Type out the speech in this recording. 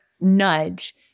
nudge